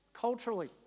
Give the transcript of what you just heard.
culturally